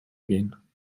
gehen